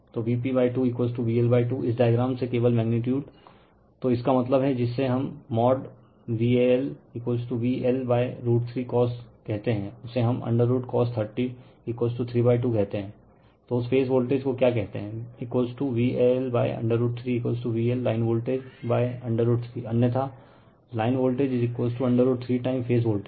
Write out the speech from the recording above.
तो Vp 2 VL 2 इस diagram से केवल मैग्नीटीयूड तो इसका मतलब है जिसे हम मोड़ val VL√3 cos कहते हैं उसे हम √ cos 3032 कहते हैं तो उस फेज वोल्टेज को क्या कहते हैं VL√3 VL लाइन वोल्टेज√3 अन्यथा line voltage √3 time phase voltage